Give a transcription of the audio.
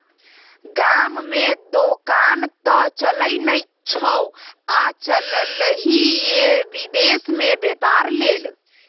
गाममे दोकान त चलय नै छौ आ चललही ये विदेश मे बेपार लेल